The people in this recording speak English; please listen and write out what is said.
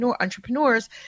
entrepreneurs